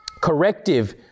Corrective